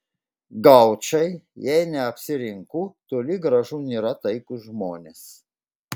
gaučai jei neapsirinku toli gražu nėra taikūs žmonės